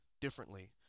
differently